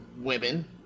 women